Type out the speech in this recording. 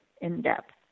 in-depth